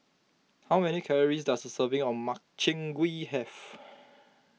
how many calories does a serving of Makchang Gui have